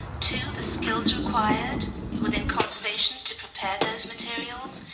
two, the skills required within conservation to prepare those materials.